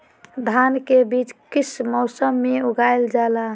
धान के बीज किस मौसम में उगाईल जाला?